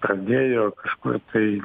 pradėjo kažkur tai